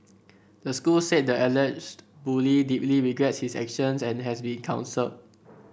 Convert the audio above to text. the school said the alleged bully deeply regrets his actions and has been counselled